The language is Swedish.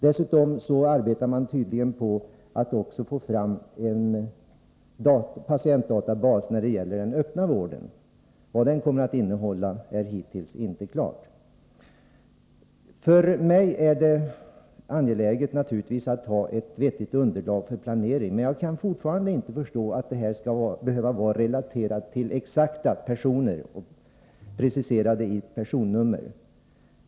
Dessutom arbetar man tydligen på att också få fram en patientdatabas när det gäller den öppna vården. Vad den kommer att innehålla är hittills inte klart. För mig är det naturligtvis angeläget att det finns ett vettigt underlag för planering, men jag kan fortfarande inte förstå att detta skall behöva vara relaterat till exakta personer, preciserade i personnummer.